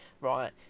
right